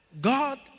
God